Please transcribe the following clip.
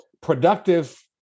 productive